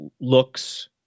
looks